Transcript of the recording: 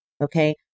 Okay